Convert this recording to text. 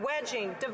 wedging